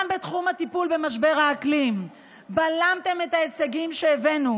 גם בתחום הטיפול במשבר האקלים בלמתם את ההישגים שהבאנו